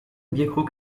bierkrug